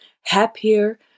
happier